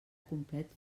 complet